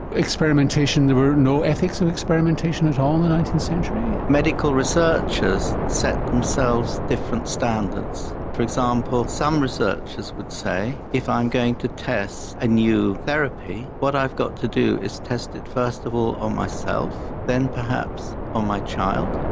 experimentation there were no ethics in experimentation at all in the nineteenth century? medical researchers set themselves different standards. for example some researchers would say if i'm going to test a new therapy what i've got to do is test it first of all on myself, then perhaps on my child.